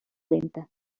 lenta